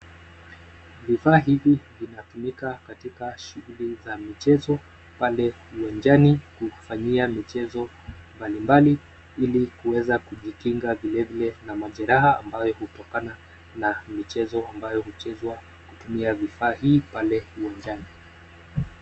Vifaa vya uwanjani ambavyo hutumika katika shuguli za michezo pale uwanjani ili kufanya mchezo uwe salama na kuepuka kupata majeraha yanayotokana na michezo inayochezwa bila kutumia vifaa hivyo uwanjani.